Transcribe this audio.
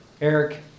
Eric